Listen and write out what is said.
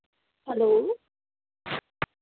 hello